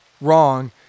wrong